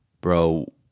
bro